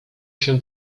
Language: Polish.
się